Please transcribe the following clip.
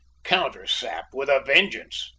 countersap with a vengeance!